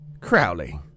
Crowley